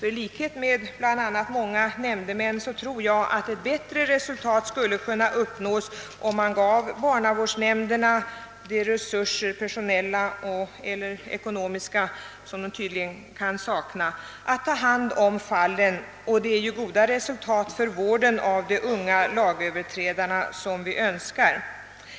I likhet med bl.a. många nämndemän tror jag att bättre resultat skulle uppnås om barnavårdsnämnderna fick de personella eller ekonomiska resurser att ta hand om fallen som de tydligen ibland saknar. Goda resultat för vården av de unga lagöverträdarna är dock vad vi önskar uppnå.